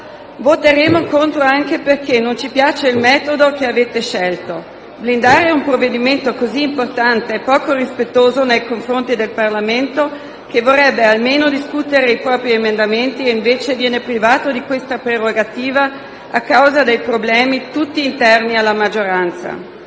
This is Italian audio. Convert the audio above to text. Voteremo contro anche perché non ci piace il metodo che avete scelto: blindare un provvedimento così importante è poco rispettoso nei confronti del Parlamento, che vorrebbe almeno discutere i propri emendamenti e invece viene privato di questa prerogativa a causa di problemi tutti interni alla maggioranza.